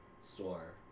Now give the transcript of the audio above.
store